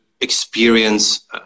experience